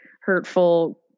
hurtful